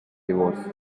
divorce